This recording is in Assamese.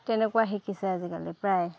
তেনেকুৱা শিকিছে আজিকালি প্ৰায়